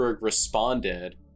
responded